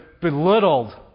belittled